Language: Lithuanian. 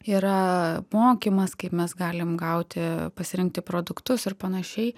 yra mokymas kaip mes galim gauti pasirinkti produktus ir panašiai